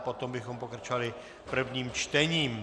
Potom bychom pokračovali prvním čtením.